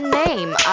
name